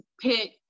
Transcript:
pick